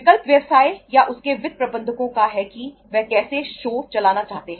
विकल्प व्यवसाय या उसके वित्त प्रबंधकों का है कि वह कैसे शो चलाना चाहता है